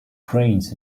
drains